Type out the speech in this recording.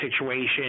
situation